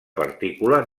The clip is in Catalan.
partícula